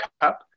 cup